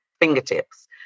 fingertips